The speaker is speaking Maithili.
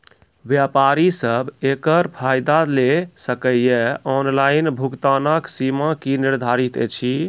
व्यापारी सब एकरऽ फायदा ले सकै ये? ऑनलाइन भुगतानक सीमा की निर्धारित ऐछि?